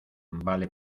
vale